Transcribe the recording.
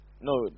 No